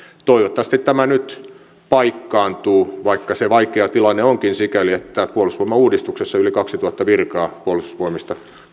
toivottavasti tämä nyt paikkaantuu vaikka se vaikea tilanne onkin sikäli että puolustusvoimauudistuksessa yli kaksituhatta virkaa puolustusvoimista